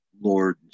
Lord